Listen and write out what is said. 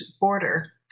border